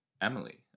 Emily